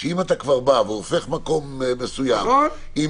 שאם אתה כבר בא והופך מקום מסוים עם